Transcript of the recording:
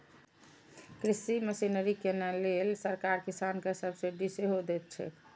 कृषि मशीनरी कीनै लेल सरकार किसान कें सब्सिडी सेहो दैत छैक